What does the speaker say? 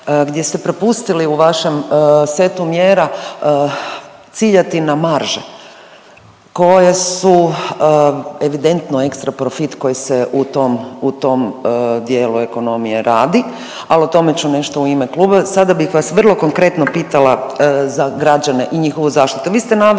gdje ste propustili u vašem setu mjera ciljati na marže koje su evidentno ekstra profit koji se u tom, u tom dijelu ekonomije radi, ali o tome ću nešto u ime kluba. Sada bih vas vrlo konkretno pitala za građane i njihovu zaštitu.